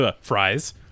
fries